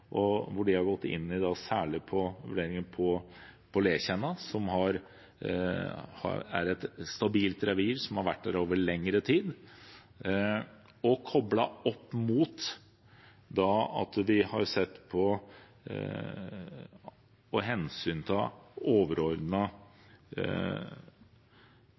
De har gått særlig inn i vurderingen av Letjenna, som er et stabilt revir som har vært der over lengre tid. De har koblet det opp mot det overordnede hensynet samlet sett